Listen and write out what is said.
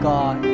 God